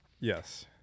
Yes